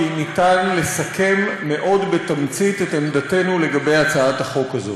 כי ניתן לסכם מאוד בתמצית את עמדתנו לגבי הצעת החוק הזאת.